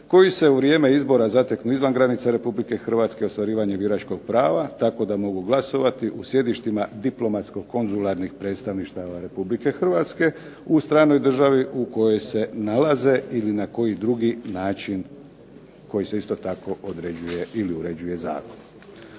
koji se u vrijeme izbora zateknu izvan granica RH ostvarivanje biračkog prava tako da mogu glasovati u sjedištima diplomatsko-konzularnih predstavništva RH u stranoj državi u kojoj se nalaze ili na koji drugi način koji se isto tako određuje ili uređuje zakonom.